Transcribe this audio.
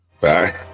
Bye